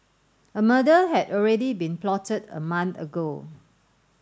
a murder had already been plotted a month ago